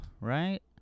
right